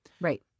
Right